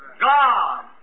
God